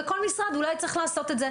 אולי כל משרד צריך לעשות את זה,